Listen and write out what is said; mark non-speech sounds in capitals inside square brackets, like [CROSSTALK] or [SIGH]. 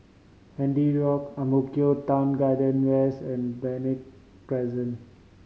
Handy Road Ang Mo Kio Town Garden West and [UNINTELLIGIBLE] Crescent